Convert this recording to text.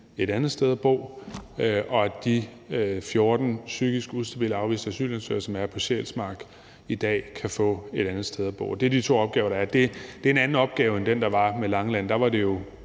et andet sted at bo, og at de 14 psykisk ustabile, afviste asylansøgere, som er på Sjælsmark i dag, kan få et andet sted at bo. Det er de to opgaver, der er. Det er en anden opgave end den, der var med Langeland. Der var det jo